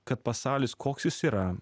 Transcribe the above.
kad pasaulis koks jis yra